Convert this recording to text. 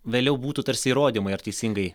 vėliau būtų tarsi įrodymai ar teisingai